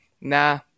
Nah